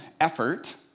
effort